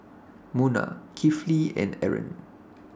Munah Kifli and Aaron